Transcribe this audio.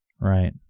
right